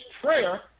prayer